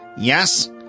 Yes